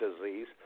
disease